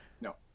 No